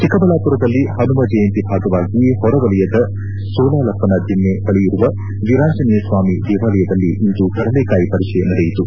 ಚಿಕ್ಕಬಳ್ಳಾಪುರದಲ್ಲಿ ಹನುಮ ಜಯಂತಿ ಭಾಗವಾಗಿ ಹೊರವಲಯದ ಸೂಲಾಲಪ್ಪನ ದಿಣ್ಣೆ ಬಳಿಯಿರುವ ವೀರಾಂಜನೇಯಸ್ವಾಮಿ ದೇವಾಲಯದಲ್ಲಿ ಇಂದು ಕಡಲೆಕಾಯಿ ಪರಿಷೆ ನಡೆಯಿತು